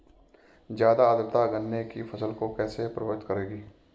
ज़्यादा आर्द्रता गन्ने की फसल को कैसे प्रभावित करेगी?